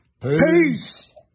Peace